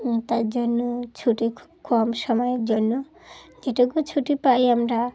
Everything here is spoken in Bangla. তার জন্য ছুটি খুব কম সময়ের জন্য যেটুকু ছুটি পাই আমরা